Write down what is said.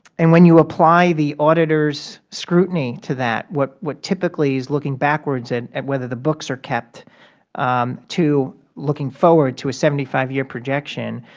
and when you apply the auditors' scrutiny to that, what what typically is looking backwards and at whether the books are kept to looking forward to a seventy five year projection,